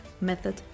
method